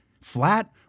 flat